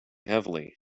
heavily